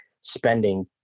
spending